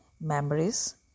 memories